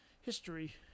history